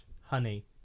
honey